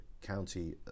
county